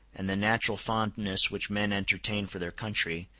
and the natural fondness which men entertain for their country,